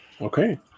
Okay